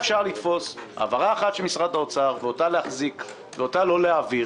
אפשר היה לתפוס העברה אחת של משרד האוצר ואותה להחזיק ולא להעביר.